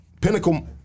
pinnacle